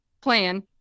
plan